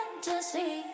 fantasy